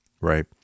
right